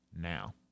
now